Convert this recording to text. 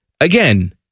Again